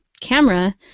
camera